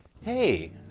Hey